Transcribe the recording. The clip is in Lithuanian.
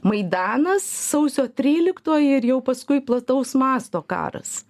maidanas sausio tryliktoji ir jau paskui plataus masto karas